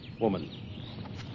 woman